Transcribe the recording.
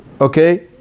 Okay